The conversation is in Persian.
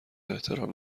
احترام